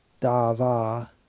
Dava